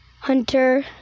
Hunter